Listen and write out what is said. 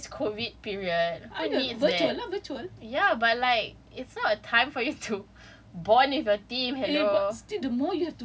team bonding in this COVID period how is that ya but like it's not time for you to bond with your team hello